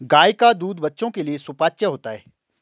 गाय का दूध बच्चों के लिए सुपाच्य होता है